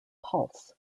pulse